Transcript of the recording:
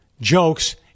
jokes